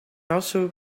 also